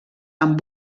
amb